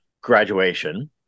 graduation